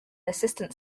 assistant